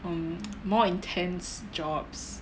um more intense jobs